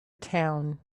town